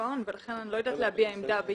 ההון ולכן אני לא יודעת להביע עמדה.